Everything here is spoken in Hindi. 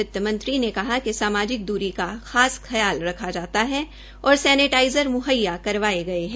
वित्तमंत्री ने कहा कि सामाजिक दूरी का खास ख्याल रखा जाता है और सैनेटाइज़र म्हैया करवाये गये है